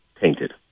tainted